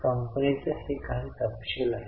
कंपनीचे हे काही तपशील आहेत